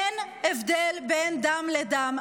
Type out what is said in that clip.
אין הבדל בין דם לדם.